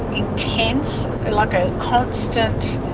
intense, like a constant